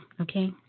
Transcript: okay